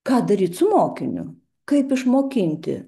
ką daryt su mokiniu kaip išmokinti